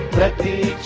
that the